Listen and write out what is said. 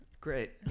Great